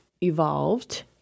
evolved